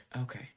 Okay